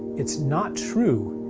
it's not true,